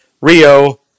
Rio